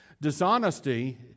Dishonesty